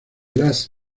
last